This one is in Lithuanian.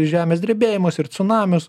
žemės drebėjimus ir cunamius